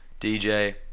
DJ